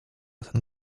ten